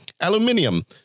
aluminium